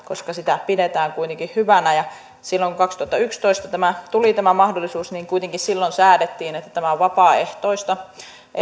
koska sitä pidetään kuitenkin hyvänä silloin kaksituhattayksitoista kun tuli tämä mahdollisuus kuitenkin säädettiin että tämä työ on vapaaehtoista